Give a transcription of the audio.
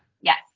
Yes